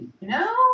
No